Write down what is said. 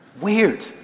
weird